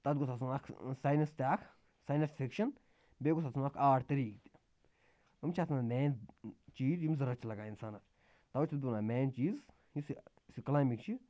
تَتھ گوٚژھ آسُن اَکھ ساینَس تہِ اَکھ ساینَس فِکشَن بیٚیہِ گوٚژھ آسُن اَکھ آرٹ طٔریٖقہٕ یِم چھِ اَتھ منٛز مین چیٖز یِم ضوٚرتھ چھِ لَگان اِنسانَس تَوَے چھُس بہٕ وَنان مین چیٖز یُس یہِ یُس یہِ کٕلایمِنٛگ چھِ